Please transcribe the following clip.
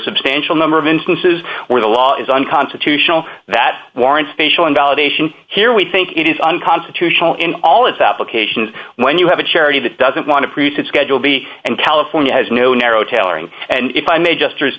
substantial number of instances where the law is unconstitutional that warrants special invalidation here we think it is unconstitutional in all its applications when you have a charity that doesn't want to produce a schedule b and california has no narrow tailoring and if i may just